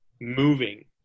moving